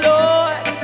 Lord